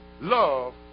Love